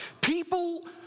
People